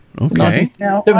okay